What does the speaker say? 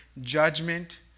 judgment